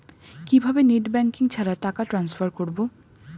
কিভাবে net banking ছাড়া টাকা টান্সফার করব?